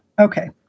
Okay